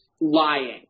lying